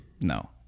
No